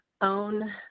own